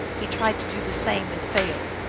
he tried to do the same, and failed.